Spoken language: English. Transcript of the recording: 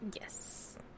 Yes